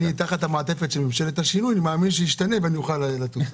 תחת המעטפת של ממשלת השינוי אני מאמין שישתנה ואני אוכל לטוס,